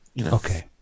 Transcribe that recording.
Okay